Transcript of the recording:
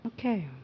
Okay